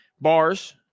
Bars